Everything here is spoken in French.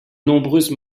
nombreuses